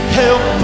help